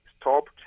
stopped